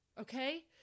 Okay